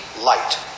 light